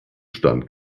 stand